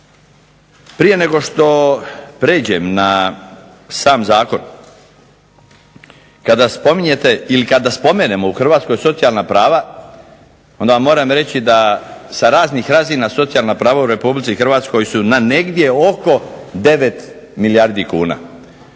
Prije nego što pređem na sam zakon, kada spominjete ili kada spomenemo u Hrvatskoj socijalna prava onda vam moram reći da sa raznih razina socijalna prava u Republici Hrvatskoj su na negdje oko 9 milijardi kuna.